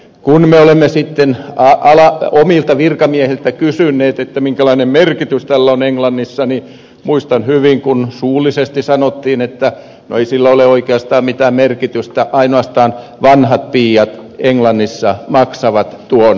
kun me olemme sitten omilta virkamiehiltämme kysyneet minkälainen merkitys tällä on englannissa niin muistan hyvin kun suullisesti sanottiin että no ei sillä ole oikeastaan mitään merkitystä ainoastaan vanhatpiiat englannissa maksavat tuon veron